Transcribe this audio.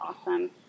awesome